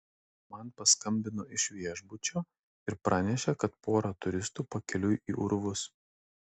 man paskambino iš viešbučio ir pranešė kad pora turistų pakeliui į urvus